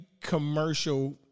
commercial